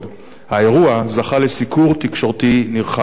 האירוע זכה לסיקור תקשורתי נרחב במקום.